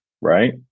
right